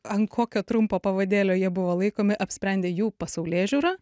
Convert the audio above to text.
ant kokio trumpo pavadėlio jie buvo laikomi apsprendė jų pasaulėžiūrą